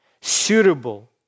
suitable